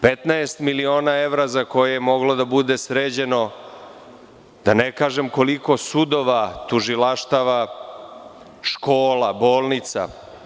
Petnaest miliona evra za koje je moglo da bude sređeno da ne kažemkoliko sudova, tužilaštava, škola, bolnica.